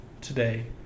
today